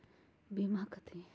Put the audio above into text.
बीमा कथी है?